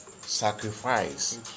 sacrifice